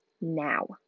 now